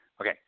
Okay